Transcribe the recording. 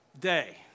day